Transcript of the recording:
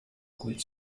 quit